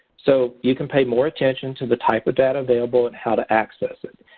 so you can pay more attention to the type of data available and how to access it.